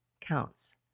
counts